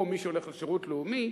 או מי שהולך לשירות לאומי,